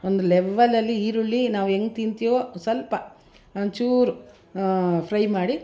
ಒಂದು ಲೆವೆಲಲ್ಲಿ ಈರುಳ್ಳಿ ನಾವು ಹೆಂಗೆ ತಿಂತೀವೋ ಸ್ವಲ್ಪ ಒಂಚೂರು ಫ್ರೈ ಮಾಡಿ